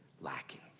lacking